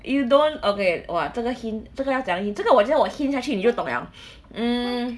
you don't okay !wah! 这个 hint 这个要怎样 hint 这个我 hint 下去你就懂 liao mm